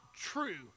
true